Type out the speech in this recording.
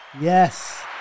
Yes